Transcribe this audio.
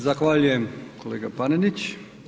Zahvaljujem kolega Panenić.